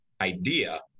idea